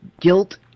Guilt